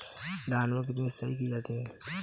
धान में कितनी सिंचाई की जाती है?